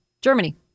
Germany